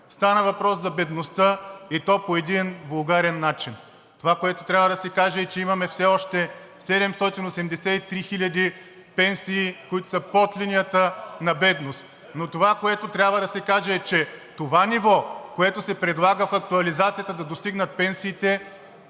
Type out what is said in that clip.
Стана въпрос за бедността, и то по един вулгарен начин. Това, което трябва да се каже, е, че имаме все още 783 хиляди пенсии, които са под линията на бедност. Но това, което трябва да се каже, е, че това ниво на пенсиите, което се предлага в актуализацията, е нивото,